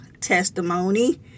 testimony